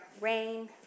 rain